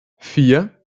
vier